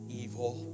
evil